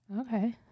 Okay